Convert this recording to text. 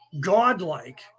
godlike